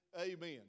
amen